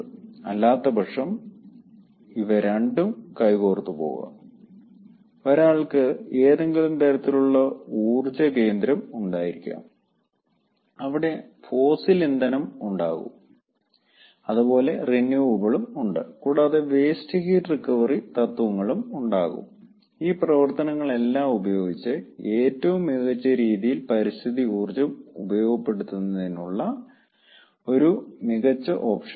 അല്ലാത്ത പക്ഷം ഇവ രണ്ടും കൈകോർത്തുപോകാം ഒരാൾക്ക് ഏതെങ്കിലും തരത്തിലുള്ള ഊർജ്ജ കേന്ദ്രം ഉണ്ടായിരിക്കാം അവിടെ ഫോസിൽ ഇന്ധനം ഉണ്ടാകുംഅതുപോലെ റിന്യുവബിളും ഉണ്ട് കൂടാതെ വേസ്റ്റ് ഹീറ്റ് റിക്കവറി തത്വങ്ങളും ഉണ്ടാകും ഈ പ്രവർത്തനങ്ങളെല്ലാം ഉപയോഗിച്ച് ഏറ്റവും മികച്ച രീതിയിൽ പരിസ്ഥിതി ഊർജ്ജം പ്രയോജനപ്പെടുത്തുന്നതിനുള്ള ഒരു മികച്ച ഓപ്ഷൻ ഉണ്ടാകും